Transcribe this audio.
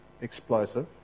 explosive